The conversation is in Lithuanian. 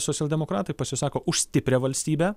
socialdemokratai pasisako už stiprią valstybę